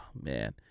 man